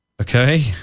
okay